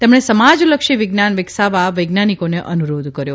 તેમણે સમાજલક્ષી વિજ્ઞાન વિકસાવવા વૈજ્ઞાનિકોને અનુરોધ કર્યો